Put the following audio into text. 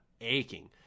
aching